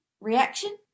reaction